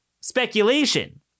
speculation